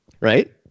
Right